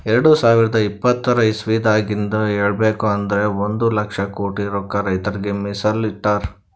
ಎರಡ ಸಾವಿರದ್ ಇಪ್ಪತರ್ ಇಸವಿದಾಗಿಂದ್ ಹೇಳ್ಬೇಕ್ ಅಂದ್ರ ಒಂದ್ ಲಕ್ಷ ಕೋಟಿ ರೊಕ್ಕಾ ರೈತರಿಗ್ ಮೀಸಲ್ ಇಟ್ಟಿರ್